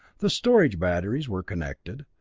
the storage batteries were connected,